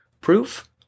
Proof